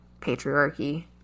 patriarchy